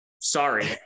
Sorry